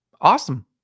Awesome